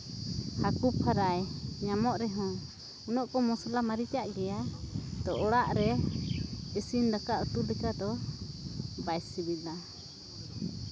ᱦᱟᱹᱠᱩ ᱯᱷᱨᱟᱭ ᱧᱟᱢᱚᱜ ᱨᱮᱦᱚᱸ ᱩᱱᱟᱹᱜ ᱠᱚ ᱢᱚᱥᱞᱟ ᱢᱟᱹᱨᱤᱪ ᱟᱜ ᱜᱮᱭᱟ ᱛᱳ ᱚᱲᱟᱜ ᱨᱮ ᱤᱥᱤᱱ ᱫᱟᱠᱟ ᱩᱛᱩ ᱞᱮᱠᱟ ᱫᱚ ᱵᱟᱭ ᱥᱤᱵᱤᱞᱟ